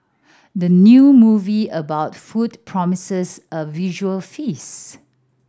the new movie about food promises a visual feasts